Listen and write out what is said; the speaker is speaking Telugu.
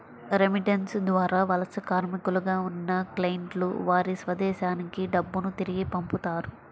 రెమిటెన్స్ ద్వారా వలస కార్మికులుగా ఉన్న క్లయింట్లు వారి స్వదేశానికి డబ్బును తిరిగి పంపుతారు